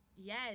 Yes